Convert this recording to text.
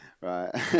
right